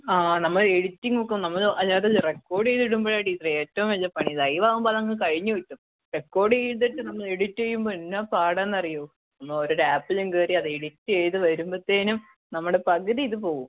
ആ നമ്മൾ എഡിറ്റിങ്ങ് ഒക്കെ നമ്മൾ അത് റെക്കോർഡ് ചെയ്ത് ഇടുമ്പോഴാണ് ടീച്ചറേ ഏറ്റവും വലിയ പണി ലൈവ് ആവുമ്പോൾ അതങ്ങ് കഴിഞ്ഞ് കിട്ടും റെക്കോർഡ് ചെയ്തിട്ട് നമ്മൾ എഡിറ്റ് ചെയ്യുമ്പോൾ എന്നാ പാടാണെന്ന് അറിയുമോ നമ്മൾ ഓരോരോ ആപ്പിലും കയറി അത് എഡിറ്റ് ചെയ്ത് വരുമ്പോഴത്തേനും നമ്മുടെ പകുതി ഇത് പോവും